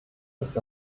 ist